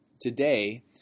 today